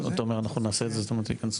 אתה אומר שאנחנו נעשה את זה, זאת אומרת ייכנסו.